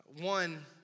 One